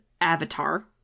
avatar